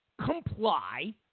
comply